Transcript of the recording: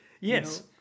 Yes